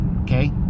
Okay